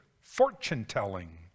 Fortune-telling